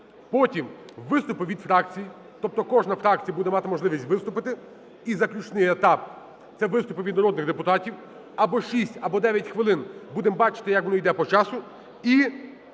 Потім – виступи від фракцій, тобто кожна фракція буде мати можливість виступити. І заключний етап – це виступи від народних депутатів. Або 6, або 9 хвилин (будемо бачити, як воно йде по часу) і,